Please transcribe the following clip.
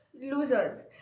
losers